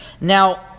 Now